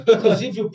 Inclusive